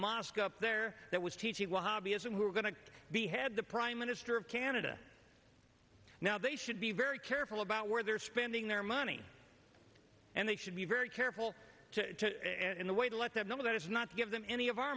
mosque up there that was teaching a hobby as it were going to behead the prime minister of canada now they should be very careful about where they're spending their money and they should be very careful in the way to let them know that it's not give them any of our